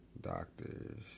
Doctor's